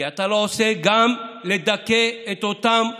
כי אתה לא עושה גם לדכא את אותם